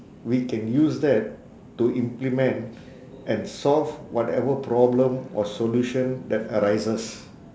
we can use that to implement and solve whatever problem or solution that arises